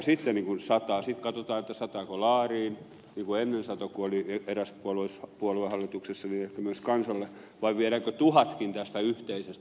sitten katsotaan sataako laariin niin kuin ennen satoi kun oli eräs puolue hallituksessa ehkä myös kansalle vai viedäänkö tuhatkin tästä yhteisestä